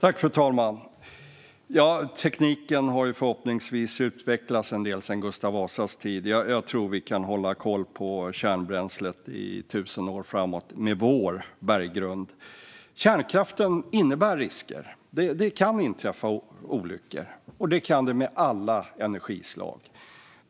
Fru talman! Tekniken har förhoppningsvis utvecklats en del sedan Gustav Vasas tid. Med vår berggrund tror jag att vi kan hålla koll på kärnbränsle i tusen år framöver. Kärnkraften innebär risker. Det kan inträffa olyckor. Det kan det med alla energislag.